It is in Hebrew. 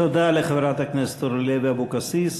תודה לחברת הכנסת אורלי לוי אבקסיס.